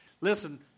Listen